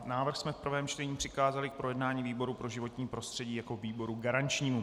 Návrh jsme v prvém čtení přikázali k projednání výboru pro životní prostředí jako výboru garančnímu.